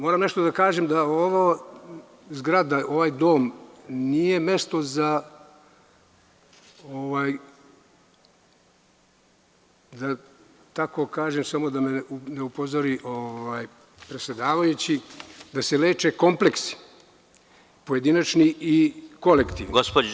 Moram nešto da kažem, ova zgrada, ovaj dom, nije mesto za, da tako kažem, samo da me ne upozori predsedavajući, da se leče kompleksi pojedinačni i kolektivni.